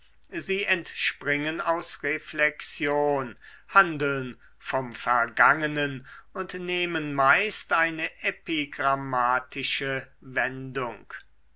sie entspringen aus reflexion handeln vom vergangenen und nehmen meist eine epigrammatische wendung